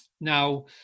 Now